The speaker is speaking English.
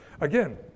Again